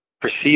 perceive